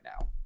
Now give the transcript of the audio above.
now